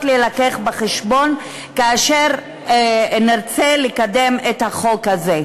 לבוא בחשבון כאשר נרצה לקדם את החוק הזה.